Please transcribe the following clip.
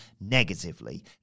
negatively